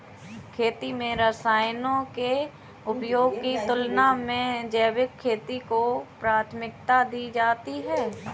खेती में रसायनों के उपयोग की तुलना में जैविक खेती को प्राथमिकता दी जाती है